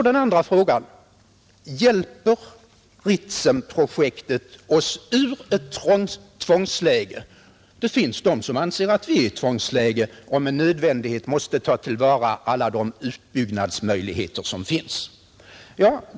Den andra frågan är: Hjälper Ritsemprojektet oss ur ett tvångsläge? Det finns nämligen de som anser att vi befinner oss i ett tvångsläge och att vi med nödvändighet måste ta till vara alla de utbyggnadsmöjligheter som finns.